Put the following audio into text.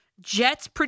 Jets